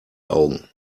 augen